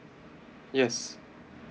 yes